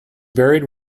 buried